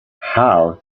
how